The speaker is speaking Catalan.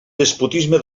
despotisme